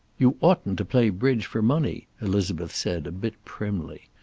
you oughtn't to play bridge for money, elizabeth said, a bit primly.